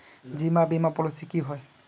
जीवन बीमा पॉलिसी की होय?